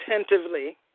attentively